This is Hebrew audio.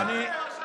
איפה השעון?